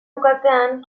bukatzean